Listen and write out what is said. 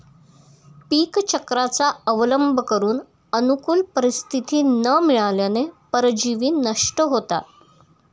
पीकचक्राचा अवलंब करून अनुकूल परिस्थिती न मिळाल्याने परजीवी नष्ट होतात